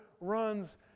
runs